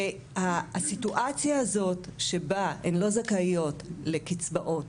הסיטואציה הזאת שבה הן לא זכאיות לקצבאות,